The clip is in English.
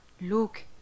look